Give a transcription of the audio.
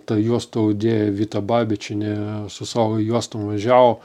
ta juostų audėja vita babičienė su savo juostom važiavo